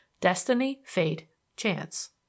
destiny-fate-chance